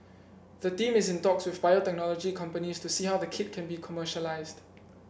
the team is in talks with biotechnology companies to see how the kit can be commercialised